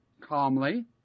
calmly